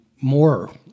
more